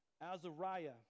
Azariah